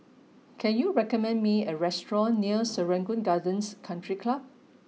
can you recommend me a restaurant near Serangoon Gardens Country Club